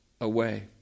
away